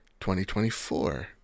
2024